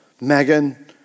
Megan